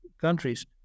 Countries